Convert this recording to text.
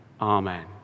Amen